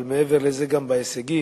אבל מעבר לזה גם בהישגים,